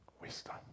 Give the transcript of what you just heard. Wisdom